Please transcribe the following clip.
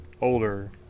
older